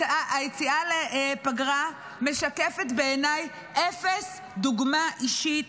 בעיניי, היציאה לפגרה משקפת אפס דוגמה אישית,